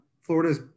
Florida's